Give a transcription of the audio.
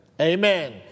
Amen